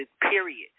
period